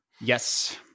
yes